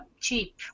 cheap